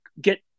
get